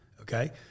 okay